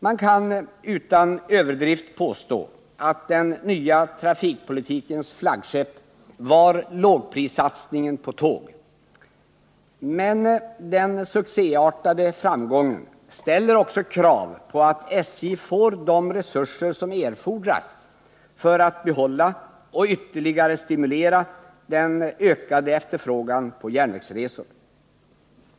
Man kan utan överdrift påstå att den nya trafikpolitikens flaggskepp var lågprissatsningen på tåg. Men den succéartade framgången ställer också krav på att SJ får de resurser som erfordras för att behålla och ytterligare stimulera den ökade efterfrågan på järnvägsresor.